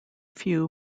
few